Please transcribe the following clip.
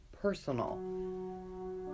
Personal